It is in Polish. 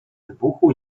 wybuchu